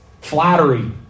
Flattery